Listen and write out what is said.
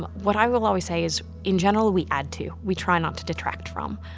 um what i will always say is, in general we add to, we try not to detract from.